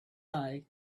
eye